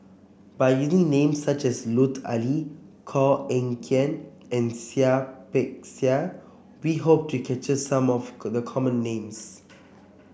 by using names such as Lut Ali Koh Eng Kian and Seah Peck Seah we hope to capture some of the common names